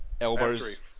Elbows